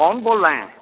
कौन बोल रहे हैं